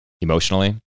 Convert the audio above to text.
emotionally